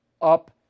up